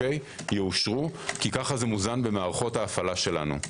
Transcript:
יאושרו כי כך זה מאוזן במערכות ההפעלה שלנו.